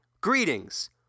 Greetings